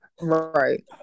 Right